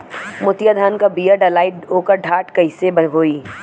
मोतिया धान क बिया डलाईत ओकर डाठ कइसन होइ?